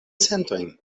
sentojn